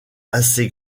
assez